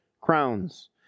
crowns